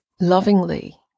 lovingly